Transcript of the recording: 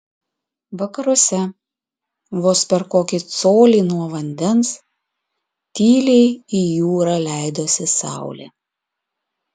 vakaruose vos per kokį colį nuo vandens tyliai į jūrą leidosi saulė